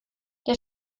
der